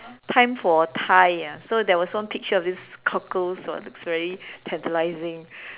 time for Thai ah so there was one picture of this cockles !wah! looks very tantalising